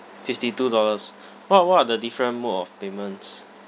fifty two dollars what what are the different mode of payments